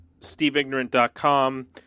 steveignorant.com